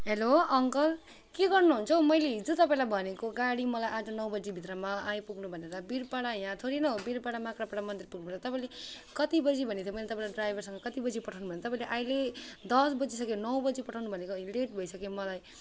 hello uncle के गर्नुहुन्छ हो मैले हिजो तपाईँलाई भनेको गाडी मलाई आज नौ बजीभित्रमा आइपुग्नु भनेर वीरपाडा यहाँ थोडी न हो वीरपाडामा तपाईँलाई मन्दिर पुग्नुलाई तपाईँलाई कति बजी भनेको थिएँ मैलै तपाईँलाई ड्राइभरसँग कति बजी पठाउनु भनेको थिएँ अहिले दस बजिसक्यो नौ बजी पठाउनु भनेको इरिटेट भइसक्यो मलाई